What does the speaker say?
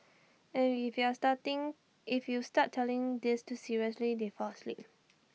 and if you are starting if you start telling this too seriously they fall asleep